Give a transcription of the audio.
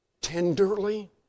tenderly